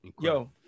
yo